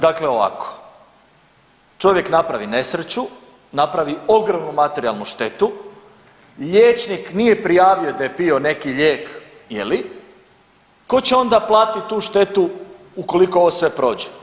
Dakle ovako, čovjek napravi nesreću, napravi ogromnu materijalnu štetu, liječnik nije prijavio da je pio neki lijek je li, tko će onda platiti tu štetu ukoliko ovo sve prođe?